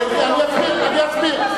אני אסביר.